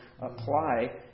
apply